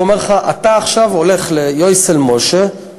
והוא אומר לך: אתה עכשיו הולך ליוסל משה,